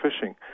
fishing